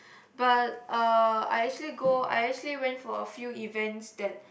but uh I actually go I actually went for a few events that